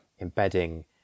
embedding